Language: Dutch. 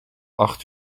acht